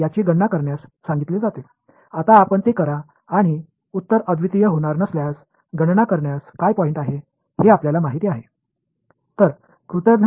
இப்போது நீங்கள் அதைச் செய்கிறீர்கள் பதில் தனித்துவமாக இருக்கவில்லை என்றால் கணக்கீட்டைச் செய்வதன் பயன் என்னவென்று உங்களுக்குத் தெரியும்